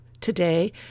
today